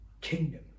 kingdom